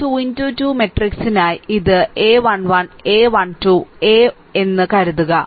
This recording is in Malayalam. a2 2 മാട്രിക്സിനായി ഇത് a 1 1 a 1 2 a 1 2 എന്ന് കരുതുക